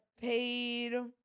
paid